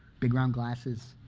big round glasses,